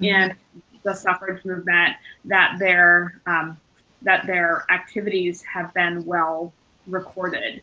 in the suffrage movement that their um that their activities have been well recorded